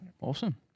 awesome